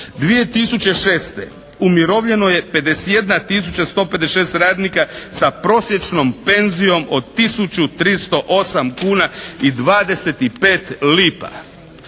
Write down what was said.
2006. umirovljeno je 51 tisuća 156 radnika sa prosječnom penzijom od tisuću 308 kuna i 25 lipa.